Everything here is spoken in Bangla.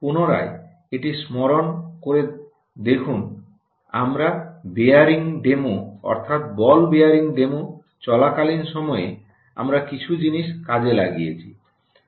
পুনরায় এটি স্মরণ করে দেখুন আমরা বেয়ারিং ডেমো অর্থাৎ বল বেয়ারিং ডেমো চলাকালীন সময়ে আমরা কিছু জিনিস কাজে লাগিয়েছি